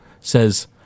says